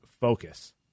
focus